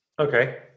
Okay